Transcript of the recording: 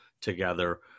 together